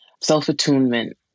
self-attunement